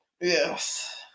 Yes